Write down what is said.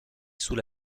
sous